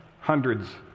Hundreds